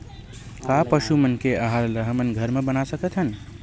का पशु मन के आहार ला हमन घर मा बना सकथन?